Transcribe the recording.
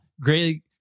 great